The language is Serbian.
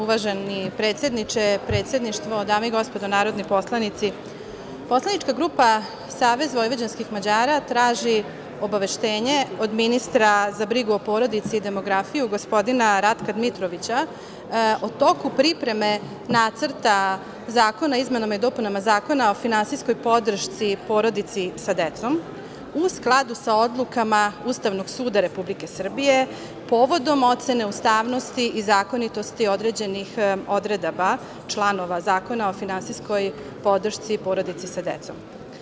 Uvaženi predsedniče, predsedništvo, dame i gospodo narodni poslanici, poslanička grupa SVM traži obaveštenje od ministra za brigu o porodici i demografiju gospodina Ratka Dmitrovića o toku pripreme nacrta zakona o izmenama i dopunama Zakona o finansijskoj podršci porodici sa decom, a u skladu sa odlukama Ustavnog suda Republike Srbije povodom ocene ustavnosti i zakonitosti određenih odredaba članova Zakona o finansijskoj podršci porodici sa decom.